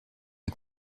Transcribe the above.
est